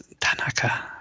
Tanaka